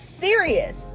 serious